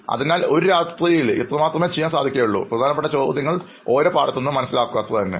അതിനാൽ ഒരു രാത്രിയിൽ ഇത്ര മാത്രമേ ചെയ്യാൻ സാധിക്കുകയുള്ളൂ പ്രധാനപ്പെട്ട ചോദ്യങ്ങൾ ഓരോ പാഠത്തിൽ നിന്നും മനസ്സിലാക്കുക അത്രതന്നെ